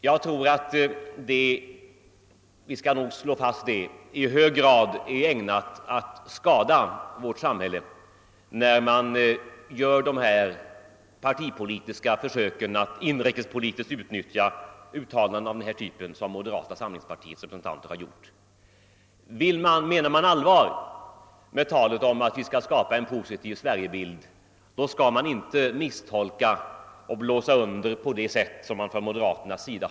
Jag tror att vi skall slå fast, att det i hög grad är ägnat att skada vårt samhälle, när man gör sådana partipolitiska försök att inrikespolitiskt utnyttja uttalanden av denna typ, såsom moderata samlingspartiets representanter har gjort. Menar man allvar med talet om att vi skall skapa en positiv Sverigebild, skall man inte misstolka och blåsa under på det sätt som man har gjort från moderaternas sida.